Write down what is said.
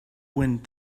wind